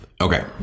okay